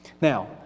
Now